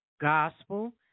gospel